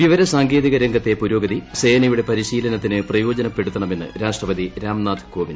വിവരസാങ്കേതിക രംഗത്തെ പുരോഗതി സേനയുടെ പരിശീലനത്തിന് പ്രയോജനപ്പെടുത്തണമെന്ന് രാഷ്ട്രപതി രാംനാഥ് കോവിന്ദ്